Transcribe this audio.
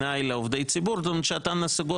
גם ליועצת המשפטית, גם לי,